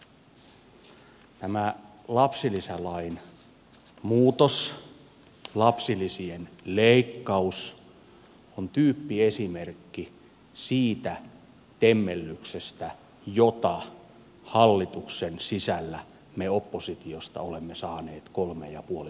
tämä lapsilisälain muutos lapsilisien leikkaus on tyyppiesimerkki siitä temmellyksestä jota hallituksen sisällä me oppositiosta olemme saaneet kolme ja puoli vuotta katsella